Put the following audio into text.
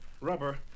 Rubber